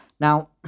Now